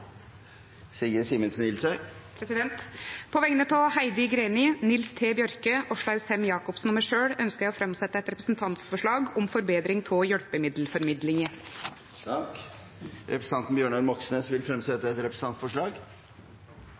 På vegne av Heidi Greni, Nils T. Bjørke og Åslaug Sem-Jacobsen og meg selv ønsker jeg å framsette et representantforslag om forbedringer av hjelpemiddelformidlingen. Representanten Bjørnar Moxnes vil fremsette et representantforslag.